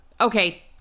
okay